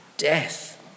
death